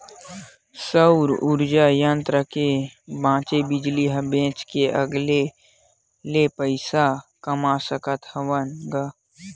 सउर उरजा संयत्र के बाचे बिजली ल बेच के अलगे ले पइसा कमा सकत हवन ग